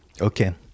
Okay